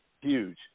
huge